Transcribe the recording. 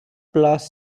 plus